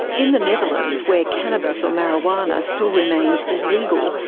in the netherlands, where cannabis or marijuana still remains illegal,